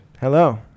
Hello